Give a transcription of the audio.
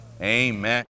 Amen